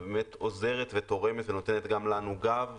והיא עוזרת ותורמת ונותנת גם לנו גב,